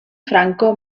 franco